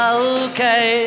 okay